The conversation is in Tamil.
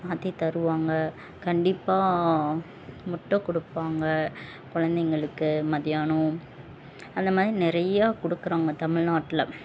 மாற்றித் தருவாங்க கண்டிப்பாக முட்டை கொடுப்பாங்க கொழந்தைங்களுக்கு மத்தியானம் அந்தமாதிரி நிறையா கொடுக்குறாங்க தமிழ்நாட்ல